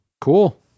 Cool